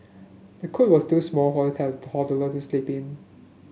the cot was too small for the toddler to sleep in